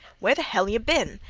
where th' hell yeh been?